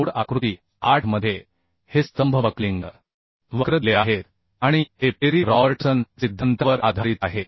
code आकृती 8 मध्ये हे स्तंभ बक्लिंग वक्र दिले आहेत आणि हे पेरी रॉबर्टसन सिद्धांतावर आधारित आहे